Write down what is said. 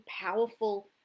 powerful